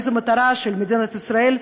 הרי זו מטרה של מדינת ישראל,